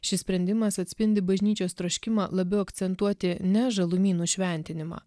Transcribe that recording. šis sprendimas atspindi bažnyčios troškimą labiau akcentuoti ne žalumynų šventinimą